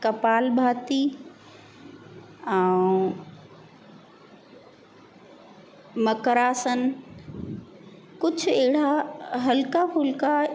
कपाल भाती ऐं मकर आसन कुझु अहिड़ा हलका फुलका